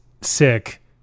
sick